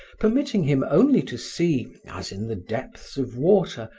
permitting him only to see, as in the depths of water,